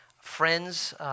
friends